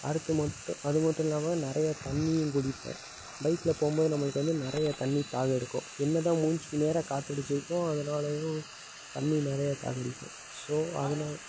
அடுத்து மட்டும் அது மட்டும் இல்லாமல் நிறைய தண்ணியும் குடிப்பேன் பைக்கில் போகும் போது நம்மளுக்கு வந்து நிறைய தண்ணி தாகம் எடுக்கும் என்ன தான் மூஞ்சுக்கு நேராக காற்றடிச்சிருக்கும் அதனாலையும் தண்ணி நிறைய தாகம் அடிக்கும் ஸோ அதனால்